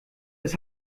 das